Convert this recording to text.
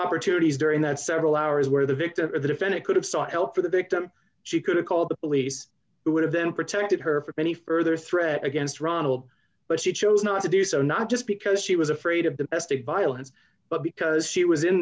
opportunities during that several hours where the victim or the defendant could have sought help for the victim she could have called the police who would have then protected her from any further threat against ronald but she chose not to do so not just because she was afraid of domestic violence but because she was in